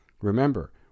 Remember